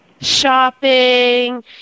Shopping